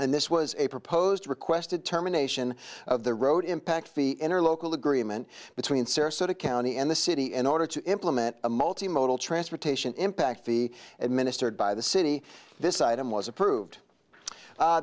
and this was a proposed requested terminations of the road impact fee in our local agreement between sarasota county and the city in order to implement a multi modal transportation impact the administered by the city this item was approved